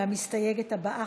המסתייגת הבאה,